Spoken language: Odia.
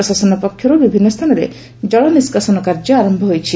ପ୍ରଶାସନ ପକ୍ଷରୁ ବିଭିନୁ ସ୍ସାନରେ ଜଳନିଷ୍କାସନ କାର୍ଯ୍ୟ ଆର ହୋଇଛି